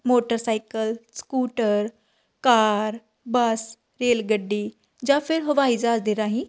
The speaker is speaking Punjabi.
motorcycle scooter car bus rail ਗੱਡੀ ਜਾਂ ਫਿਰ ਹਵਾਈ ਜਹਾਜ਼ ਦੇ ਰਾਹੀਂ